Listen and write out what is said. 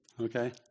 okay